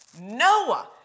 Noah